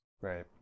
Right